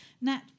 Nat